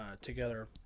together